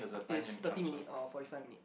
it's thirty minute or forty five minute